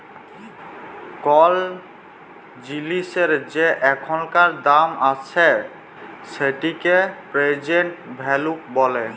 call জিলিসের যে এখানকার দাম আসে সেটিকে প্রেজেন্ট ভ্যালু ব্যলে